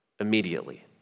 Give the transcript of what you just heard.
Immediately